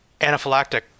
anaphylactic